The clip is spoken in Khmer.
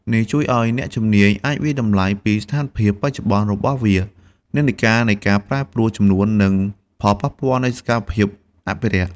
នេះជួយឲ្យអ្នកជំនាញអាចវាយតម្លៃពីស្ថានភាពបច្ចុប្បន្នរបស់វា និន្នាការនៃការប្រែប្រួលចំនួន និងផលប៉ះពាល់នៃសកម្មភាពអភិរក្ស។